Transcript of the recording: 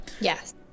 Yes